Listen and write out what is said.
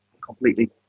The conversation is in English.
completely